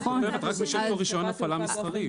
את כותבת רק מי שיש לו רישיון הפעלה מסחרי.